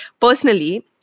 personally